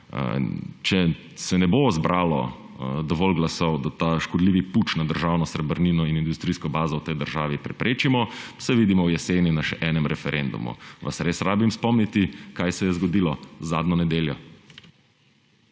Če se ne bo zbralo dovolj glasov, da ta škodljivi puč na državno srebrnino in industrijsko bazo v tej državi preprečimo, se vidimo jeseni na še enem referendumu. Vas moram res spomniti, kaj se je zgodilo zadnjo nedeljo?